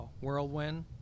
Whirlwind